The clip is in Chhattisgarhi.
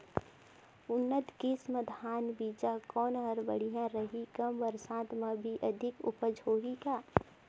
उन्नत किसम धान बीजा कौन हर बढ़िया रही? कम बरसात मे भी अधिक उपज होही का?